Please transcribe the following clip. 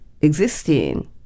existing